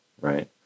right